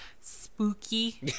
spooky